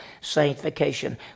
sanctification